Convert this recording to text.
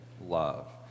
love